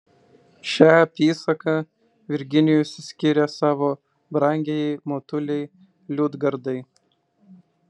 šią apysaką virginijus skiria savo brangiajai motulei liudgardai